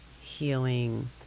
healing